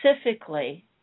specifically